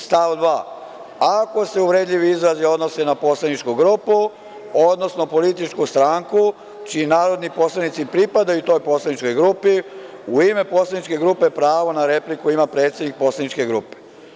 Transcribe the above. Stav 2.: „Ako se uvredljivi izrazi odnose na poslaničku grupu, odnosno političku stranku, čiji narodni poslanici pripadaju toj poslaničkoj grupi, u ime poslaničke grupe pravo na repliku ima predsednik poslaničke grupe.